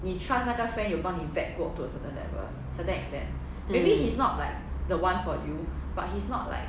mm